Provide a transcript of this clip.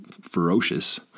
ferocious